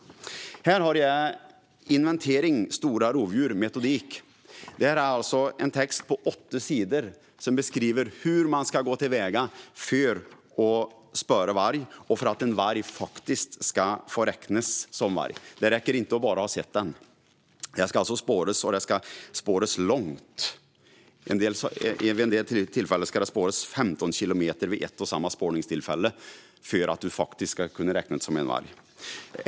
Här har jag Naturvårdsverkets metodik för inventering av stora rovdjur. Det är en text på åtta sidor som beskriver hur man ska gå till väga för att spåra varg och vad som krävs för att en varg ska få räknas som varg. Det räcker inte att bara ha sett den. Den ska spåras, och den ska spåras långt. I en del fall ska den spåras 15 kilometer vid ett och samma spårningstillfälle för att den ska kunna räknas.